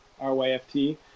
R-Y-F-T